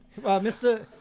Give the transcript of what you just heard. Mr